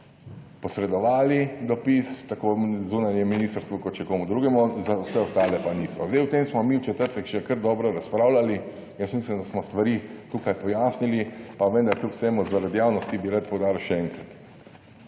posredovali dopis tako zunanjem ministrstvu kot še komu drugemu, za vse ostale pa niso. Zdaj, o tem smo mi v četrtek še kar dobro razpravljali. Mislim, da smo stvari tukaj pojasnili, pa vendar kljub vsemu zaradi javnosti bi rad poudaril še enkrat.